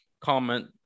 comment